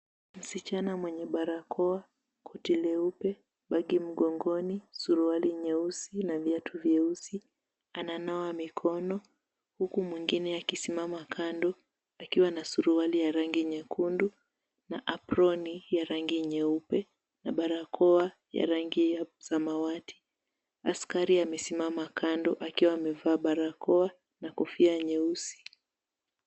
Msichana mwenye barakoa, koti leupe, bagi mgongoni, suruali nyeusi na viatu leusi ananawa mkono huku mwingine akisimama kando akiwa na suruali ya rangi nyekundu na aproni ya rangi nyeupe na barakoa ya rangi ya samawati. Askari amesimama kando akiwa amevaa barakoa na kofia nyeusi.